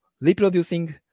reproducing